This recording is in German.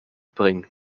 bringen